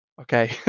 Okay